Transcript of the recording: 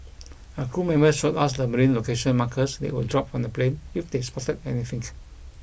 a crew member showed us the marine location markers they would drop from the plane if they spotted anything